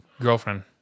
Girlfriend